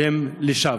שהן לשווא.